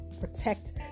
protect